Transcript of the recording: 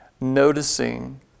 noticing